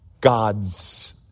God's